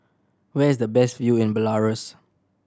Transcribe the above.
where is the best view in Belarus